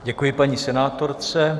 Děkuji paní senátorce.